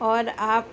और आ